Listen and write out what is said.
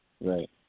Right